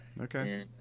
Okay